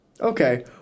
Okay